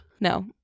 No